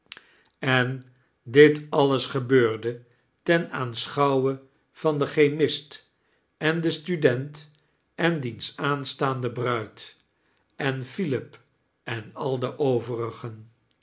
en ddt alles gebeurde ten aanschouwe van den chemist en den student en dierus aanstaande bruid en philip en al de overigen